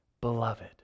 Beloved